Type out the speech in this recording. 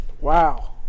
Wow